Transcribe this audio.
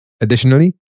Additionally